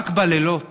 רק בלילות